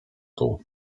dół